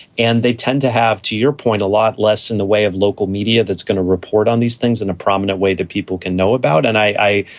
and they tend to have, to point, a lot less in the way of local media that's going to report on these things in a prominent way that people can know about and i,